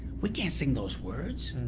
we can't sing those words.